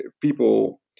people